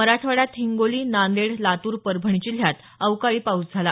मराठवाड्यात हिंगोली नांदेड लातूर परभणी जिल्ह्यात अवकाळी पाऊस झाला